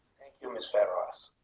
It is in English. mr. ross.